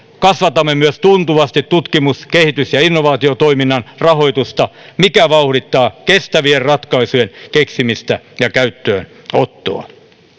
kasvatamme tuntuvasti myös tutkimus kehitys ja innovaatiotoiminnan rahoitusta mikä vauhdittaa kestävien ratkaisujen keksimistä ja käyttöönottoa